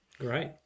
Great